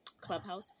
Clubhouse